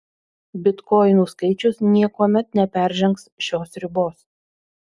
bitkoinų skaičius niekuomet neperžengs šios ribos